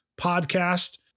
podcast